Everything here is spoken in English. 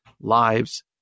lives